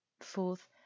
Fourth